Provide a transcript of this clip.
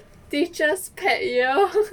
teacher's pet yo